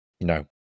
No